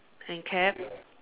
and cap